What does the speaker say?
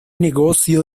negocio